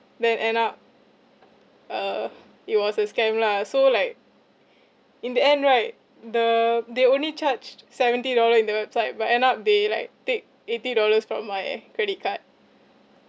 then end up uh it was a scam lah so like in the end right the they only charged seventy dollar in the website but end up they like take eighty dollars from my credit card